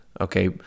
okay